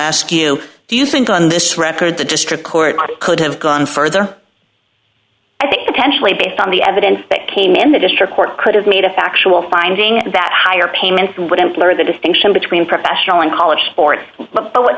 ask you do you think on this record the district court could have gone further i think potentially based on the evidence that came in the district court could have made a factual finding that higher payments but employer the distinction between professional and college sports but what